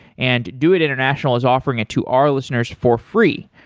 and doit international is offering it to our listeners for free.